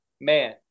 man